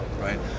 right